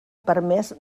permés